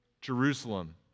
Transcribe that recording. Jerusalem